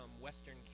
western